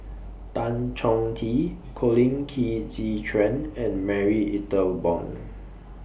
Tan Chong Tee Colin Qi Zhe Quan and Marie Ethel Bong